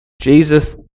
Jesus